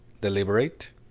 deliberate